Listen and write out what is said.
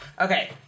Okay